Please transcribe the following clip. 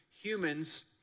humans